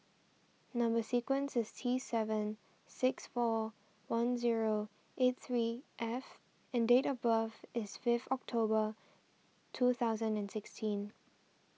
Number Sequence is T seven six four one zero eight three F and date of birth is fifth October two thousand and sixteen